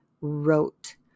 wrote